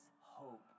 hope